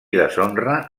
deshonra